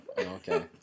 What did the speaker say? Okay